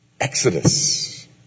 Exodus